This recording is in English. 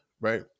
Right